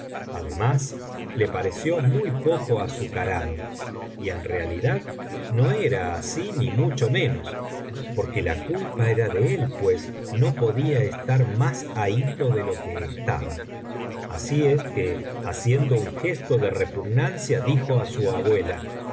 además le pareció muy poco azucarado y en realidad no era así ni mucho menos porque la culpa era de él pues no podía estar biblioteca valenciana generalitat valenciana historia del visir nubeddis más ahito de lo que estaba así ea que haciendo un gesto de repugnancia dijo á su abuela